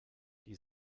die